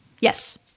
Yes